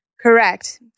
Correct